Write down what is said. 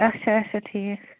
اَچھا اَچھا ٹھیٖک